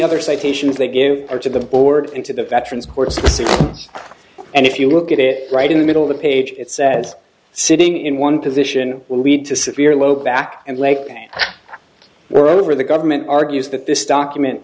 other citations they give are to the board into the veterans courts and if you look at it right in the middle of the page it says sitting in one position will lead to severe local back and leg pain moreover the government argues that this document